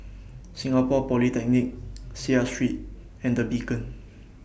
Singapore Polytechnic Seah Street and The Beacon